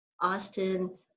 Austin